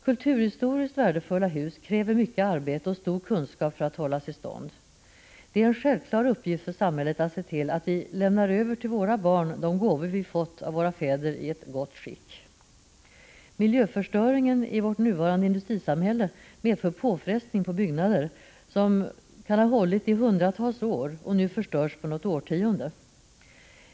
Kulturhistoriskt värdefulla hus kräver mycket arbete och stor kunskap för att hållas i stånd. Det är en självklar uppgift för samhället att se till att vi lämnar över till våra barn de gåvor vi fått av våra fäder i ett gott skick. Miljöförstöringen i vårt nuvarande industrisamhälle medför påfrestning på byggnader, som kan ha hållit i hundratals år och nu förstörs på något årtionde.